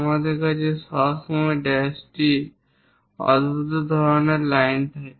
আমাদের কাছে সবসময় এই ড্যাশটি অদ্ভুত ধরণের লাইন থাকে